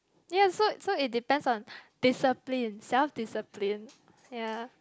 ya so so it depends on discipline self discipline ya